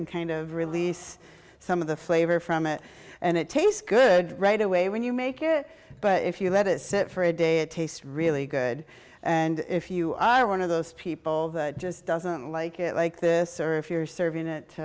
in kind of release some of the flavor from it and it tastes good right away when you make it but if you let it sit for a day it tastes really good and if you are one of those people that just doesn't like it like this or if you're serving